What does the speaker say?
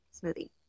smoothie